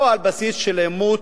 לא על בסיס של עימות,